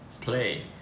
play